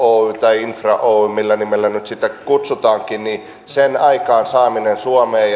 oyn tai infra oyn millä nimellä nyt sitä kutsutaankin aikaansaaminen suomeen